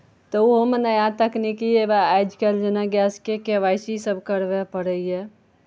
तऽ ओहोमे नया तकनीकी हेवए आजकल जेना गैसके के वाइ सी सभ करबय पड़ैए